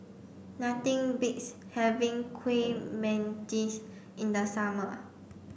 nothing beats having Kueh Manggis in the summer